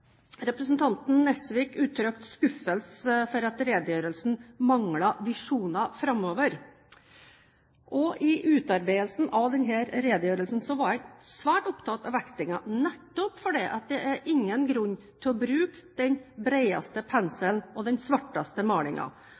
Representanten Nesvik uttrykte skuffelse over at redegjørelsen manglet visjoner framover. I utarbeidelsen av denne redegjørelsen var jeg svært opptatt av vektingen, nettopp fordi det ikke er noen grunn til å bruke den bredeste penselen og den svarteste